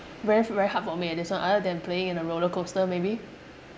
very very hard for me eh this one other than playing in a roller coaster maybe